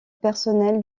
personnel